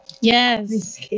Yes